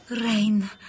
Rain